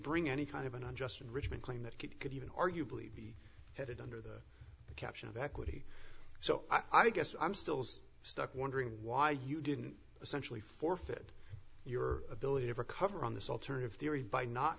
bring any kind of an unjust enrichment claim that could could even arguably be headed under the caption of equity so i guess i'm still sort of stuck wondering why you didn't essentially forfeit your ability to recover on this alternative theory by not